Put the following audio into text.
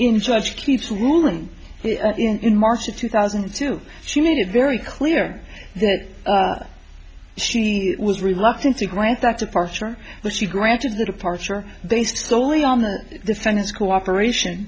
mean just leave to woman in march of two thousand and two she made it very clear that she was reluctant to grant that departure but she granted the departure they still only on the defendant's cooperation